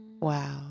Wow